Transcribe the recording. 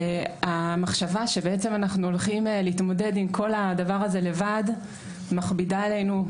והמחשבה שאנחנו בעצם הולכים להתמודד עם כל הדבר הזה לבד מכבידה עלינו,